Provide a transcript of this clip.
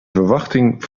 verwachting